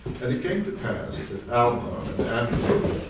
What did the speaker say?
and it came to pass that alma and amulek,